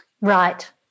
right